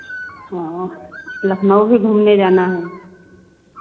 औह लखनऊ भी घूमने जाना है